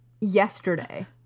yesterday